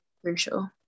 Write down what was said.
crucial